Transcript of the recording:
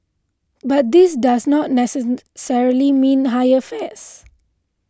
but this does not necessarily mean higher fares